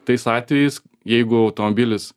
tais atvejais jeigu automobilis